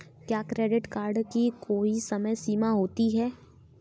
क्या credit card की कोई समय सीमा होती है?